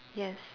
yes